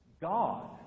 God